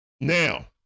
Now